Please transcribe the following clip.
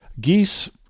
Geese